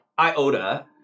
Iota